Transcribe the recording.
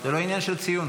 זה לא עניין של ציון.